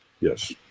yes